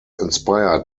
inspired